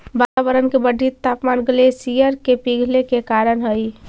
वातावरण के बढ़ित तापमान ग्लेशियर के पिघले के कारण हई